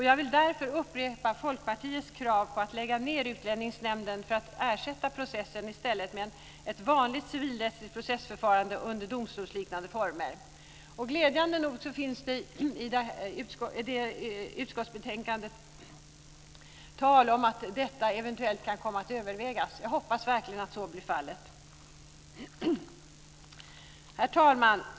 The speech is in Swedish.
Jag vill därför upprepa Folkpartiets krav på att lägga ned Utlänningsnämnden för att ersätta processen med ett vanligt civilrättsligt processförfarande under domstolsliknande former. Glädjande nog finns det i utskottsbetänkandet tal om att detta eventuellt kan komma att övervägas. Jag hoppas verkligen att så blir fallet. Herr talman!